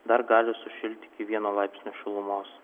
dar gali sušilti iki vieno laipsnio šilumos